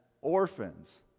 orphans